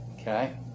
Okay